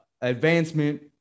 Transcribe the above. advancement